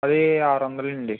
అది ఆరు వందలండి